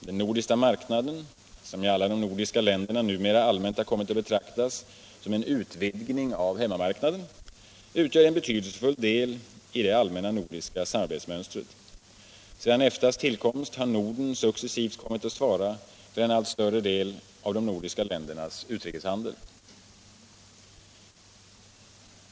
Den nordiska marknaden, som i alla de nordiska länderna numera allmänt har kommit att betraktas som en utvidgning av hem mamarknaden, utgör en betydelsefull del i det allmänna nordiska samarbetsmönstret. Sedan EFTA:s tillkomst har Norden successivt kommit att svara för en allt större andel av de nordiska ländernas utrikeshandel.